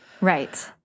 Right